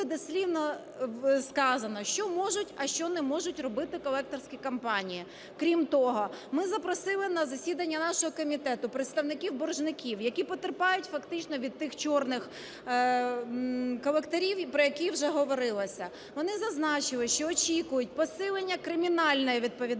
дослівно сказано, що можуть, а що не можуть робити колекторські компанії. Крім того, ми запросили на засідання нашого комітету представників боржників, які потерпають фактично від тих "чорних" колекторів, про яких вже говорилося. Вони зазначили, що очікують посилення кримінальної відповідальності